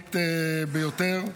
רצינית ביותר,